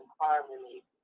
harmony